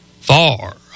far